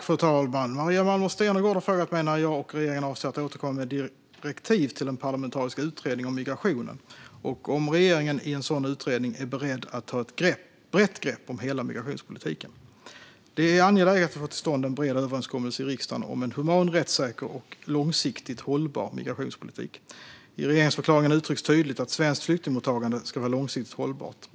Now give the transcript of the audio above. Fru talman! Maria Malmer Stenergard har frågat mig när jag och regeringen avser att återkomma med direktiv till en parlamentarisk utredning om migrationen och om regeringen i en sådan utredning är beredd att ta ett brett grepp om hela migrationspolitiken. Det är angeläget att få till stånd en bred överenskommelse i riksdagen om en human, rättssäker och långsiktigt hållbar migrationspolitik. I regeringsförklaringen uttrycks tydligt att svenskt flyktingmottagande ska vara långsiktigt hållbart.